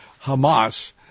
Hamas